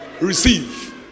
receive